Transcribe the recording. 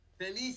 Feliz